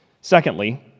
Secondly